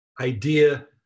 idea